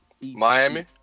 Miami